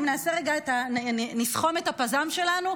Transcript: אם נסכום את הפז"ם שלנו,